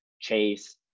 Chase